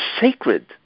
sacred